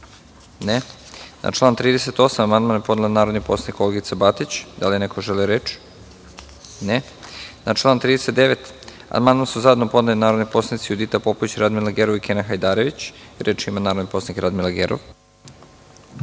(Ne)Na član 39. amandman su zajedno podneli narodni poslanici Judita Popović, Radmila Gerov i Kenan Hajdarević. Reč ima narodni poslanik Radmila Gerov.